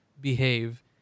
behave